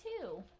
two